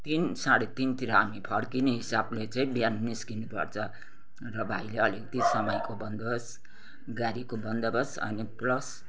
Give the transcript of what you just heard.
तिन साँढे तिनतिर हामी फर्किने हिसाबले चाहिँ बिहान निस्कनुपर्छ र भाइले अलिकति समयको बन्दोबस्त गाडीको बन्दोबस्त अनि प्लस